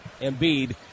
Embiid